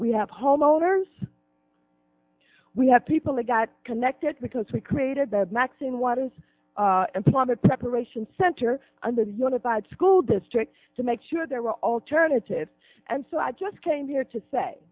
we have homeowners we have people that got connected because we created that maxine waters a plumber preparation center under the unified school district to make sure there were alternatives and so i just came here to say